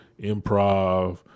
improv